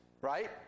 right